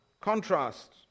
contrast